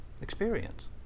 experience